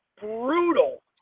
brutal